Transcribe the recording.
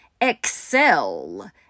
Excel